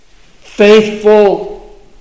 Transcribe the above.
Faithful